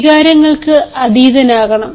വികാരങ്ങൾക്ക് അധീതനാക്കണം